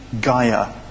Gaia